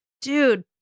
Dude